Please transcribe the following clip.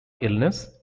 illness